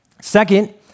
Second